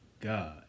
God